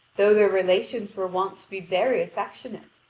though their relations were wont to be very affectionate.